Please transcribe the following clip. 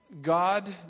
God